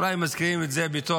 אולי מזכירים את זה בתור